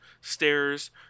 stairs